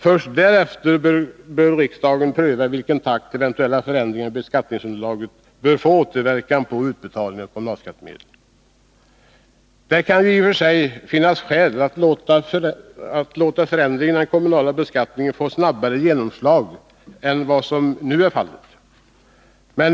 Först därefter bör riksdagen pröva i vilken takt eventuella förändringar i beskattningsunderlaget bör få återverka på utbetalningarna av kommunalskattemedel. Det kan i och för sig finnas skäl att låta förändringar i den kommunala beskattningen få snabbare genomslag än vad som nu är fallet.